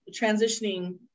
transitioning